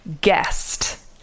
guest